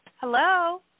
Hello